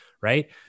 right